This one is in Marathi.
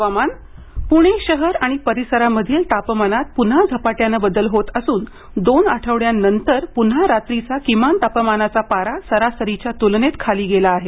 हवामान पुणे शहर आणि परिसरामधील तापमानात पुन्हा झपाट्याने बदल होत असून दोन आठवड्यानंतर पुन्हा रात्रीचा किमान तापमानाचा पारा सरासरीच्या त्लनेत खाली गेला आहे